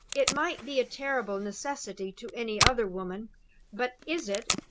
it might be a terrible necessity to any other woman but is it,